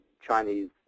Chinese